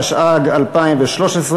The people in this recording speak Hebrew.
התשע"ג 2013,